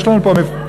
יש להם פה,